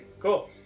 Cool